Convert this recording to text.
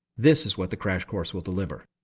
this is what the crash course will deliver.